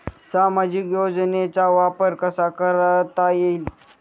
सामाजिक योजनेचा वापर कसा करता येईल?